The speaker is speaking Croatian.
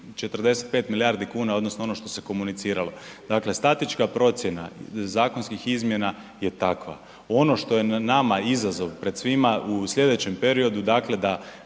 45 milijardi kuna odnosno ono što ste komuniciralo, dakle statička procjena zakonskih izmjena je takva, ono što je nama izazov pred svima u slijedećem periodu, dakle da